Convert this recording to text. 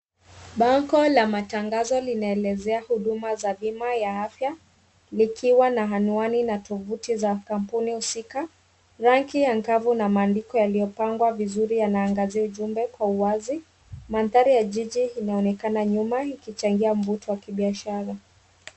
Bango la matangazo linaelezea huduma za bima ya afya. Likiwa na anwani na tuvuti za kampuni husika. Rangi angavu na maandiko yaliopangwa vizuri yanaangazia ujumbe kwa uwazi. Mandhari ya jiji linaonekana nyuma ikichangia mvuto wa kibiashara.